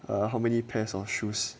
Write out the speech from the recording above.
ah how many pairs of shoes